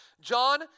John